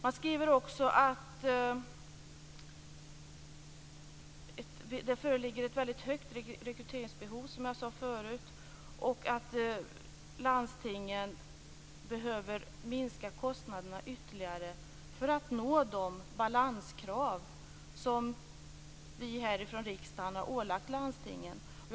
Man skriver vidare att det föreligger ett stort rekryteringsbehov och att landstingen behöver minska kostnaderna ytterligare för att nå de balanskrav som vi härifrån riksdagen har ålagt landstingen.